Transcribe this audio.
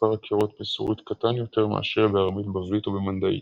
מספר הקערות בסורית קטן יותר מאשר בארמית בבלית או במנדעית.